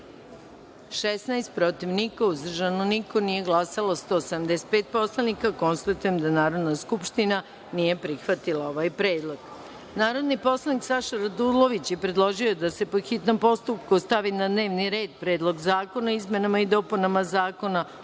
16, protiv – niko, uzdržan – niko, nisu glasala 175 poslanika. Konstatujem da Narodna skupština nije prihvatila ovaj predlog. Narodni poslanik Saša Radulović predložio je da se po hitnom postupku stavi na dnevni red Predlog zakona o izmenama i dopunama Zakona